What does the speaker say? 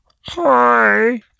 Hi